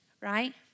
Right